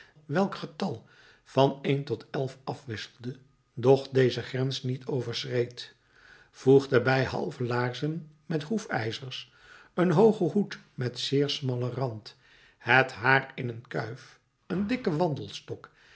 welk getal van een tot elf afwisselde doch deze grens niet overschreed voeg daarbij halve laarzen met hoefijzers een hoogen hoed met zeer smallen rand het haar in een kuif een dikken wandelstok